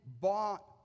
bought